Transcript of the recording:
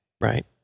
right